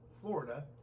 Florida